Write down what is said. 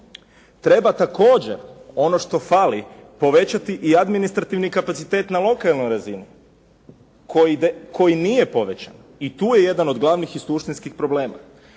Treba također, ono što fali, povećati i administrativni kapacitet na lokalnoj razini koji nije povećan i tu je jedan od glavnih i suštinskih problema.